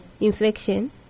infection